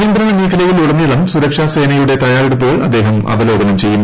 നിയന്ത്രണ മേഖലയിൽ ഉടനീളം സുരക്ഷാ സേനയുടെ തയ്യാറെടുപ്പുകൾ അദ്ദേഹം അവലോകനം ചെയ്യും